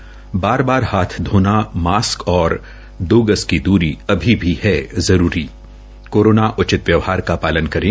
बार बार हाथ धोना मास्क और दो गज की दूरी अभी भी है जरूरी कोरोना उचित व्यवहार का पालन करे